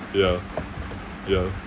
ya ya